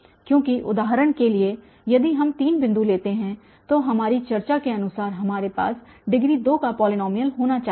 क्योंकि उदाहरण के लिए यदि हम तीन बिंदु लेते हैं तो हमारी चर्चा के अनुसार हमारे पास डिग्री 2 का पॉलीनॉमियल होना चाहिए